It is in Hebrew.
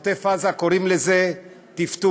בעוטף עזה קוראים לזה "טפטוף";